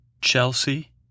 chelsea